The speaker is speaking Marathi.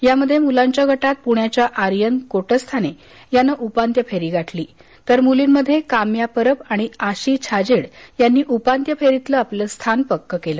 यामध्ये मुलांच्या गटात पुण्याच्या आर्यन कोटस्थाने यानं उपांत्य फेरी गाठली तर मुलींमध्ये काम्या परब आणि आशी छाजेड यांनी उपांत्य फेरीतलं आपलं स्थान पक्कं केलं